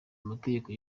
amategeko